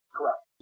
Correct